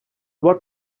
what